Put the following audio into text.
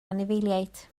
anifeiliaid